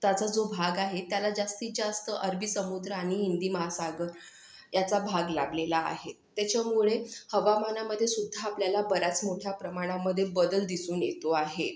ताचा जो भाग आहे त्याला जास्तीत जास्त अरबी समुद्र आणि हिंदी महासागर याचा भाग लाभलेला आहे त्याच्यामुळे हवामानामध्ये सुद्धा आपल्याला बऱ्याच मोठ्या प्रमाणामध्ये बदल दिसून येतो आहे